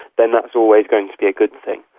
then that's always going to be a good thing.